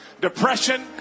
Depression